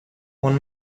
one